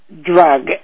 drug